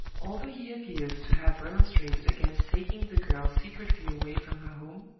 although he appears to have remonstrated against taking the girl secretly away from her home,